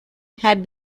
had